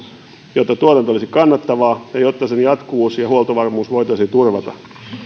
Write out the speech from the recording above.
jotta tuotanto olisi kannattavaa ja jotta sen jatkuvuus ja huoltovarmuus voitaisiin turvata